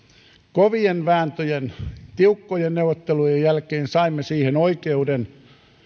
kovien vääntöjen tiukkojen neuvottelujen jälkeen saimme siihen oikeuden